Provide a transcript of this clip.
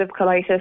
colitis